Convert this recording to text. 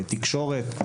בתקשורת?